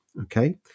okay